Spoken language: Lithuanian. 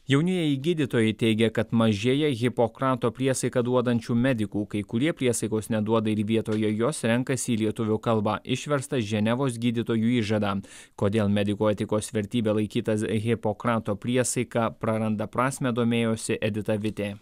jaunieji gydytojai teigia kad mažėja hipokrato priesaiką duodančių medikų kai kurie priesaikos neduoda ir vietoje jos renkasi į lietuvių kalbą išverstą ženevos gydytojų įžadą kodėl medikų etikos vertybe laikyta hipokrato priesaika praranda prasmę domėjosi edita vitė